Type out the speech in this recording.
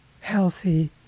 healthy